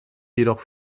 jedoch